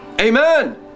Amen